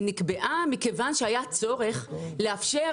היא נקבעה מכיוון שהיה צורך לאפשר